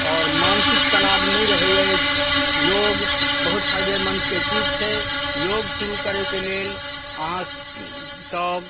आओर मानसिक तनाव नहि रहै अछि योग बहुत फाइदेमन्दके चीज छै योग शुरू करैके लेल अहाँसभ